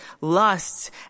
lusts